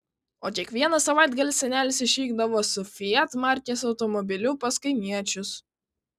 o kiekvieną savaitgalį senelis išvykdavo su fiat markės automobiliu pas kaimiečius